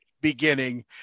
beginning